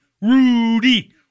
Rudy